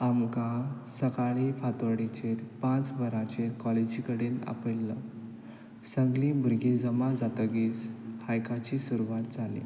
आमकां सकाळीं फांतोडेचेर पांच वरांचेर कॉलेजी कडेन आपयल्लो सगळीं भुरगीं जमा जातकीच हायकाची सुरवात जाली